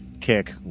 kick